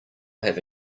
have